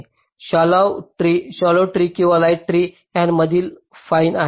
हे shallow tree आणि light tree यांच्यामधील फाईन आहे